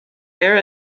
air